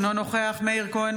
אינו נוכח מאיר כהן,